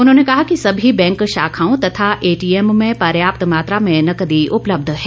उन्होंने कहा कि सभी बैंक शाखाओं तथा एटीएम में पर्याप्त मात्रा में नकदी उपलब्ध है